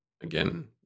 Again